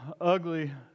ugly